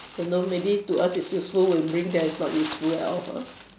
don't know maybe to us it's useful when bring there is not useful at all ah